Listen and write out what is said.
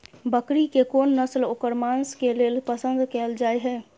बकरी के कोन नस्ल ओकर मांस के लेल पसंद कैल जाय हय?